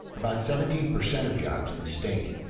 about seventeen percent of jobs in the state.